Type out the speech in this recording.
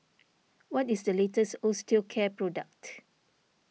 what is the latest Osteocare product